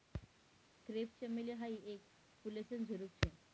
crepe चमेली हायी येक फुलेसन झुडुप शे